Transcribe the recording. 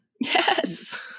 Yes